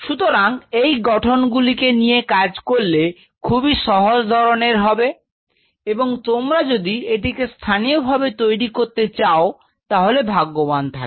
সুতরাং এই গঠন গুলিকে নিয়ে কাজ করলে খুবই সহজ ধরনের হবে এবং তোমরা যদি এটিকে স্থানীয়ভাবে তৈরী করতে চাও তাহলে ভাগ্যবান থাকবে